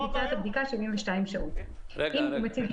שלא נמצא את עצמנו מקלים בדברים שהם לא הכרחיים ומחמירים